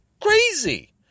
crazy